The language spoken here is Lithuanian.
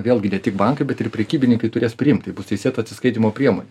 vėlgi ne tik bankai bet ir prekybininkai turės priimt bus teisėta atsiskaitymo priemonė